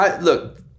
look